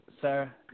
Sir